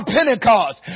Pentecost